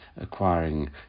acquiring